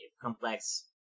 complex